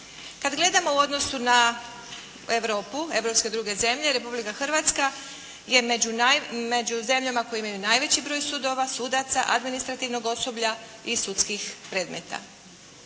Kad gledamo u odnosu na Europu, europske druge zemlje, Republika Hrvatska je među zemljama koje imaju najveći broj sudova, sudaca, administrativnog osoblja i sudskih predmeta.